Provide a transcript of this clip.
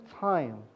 time